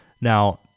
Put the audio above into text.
Now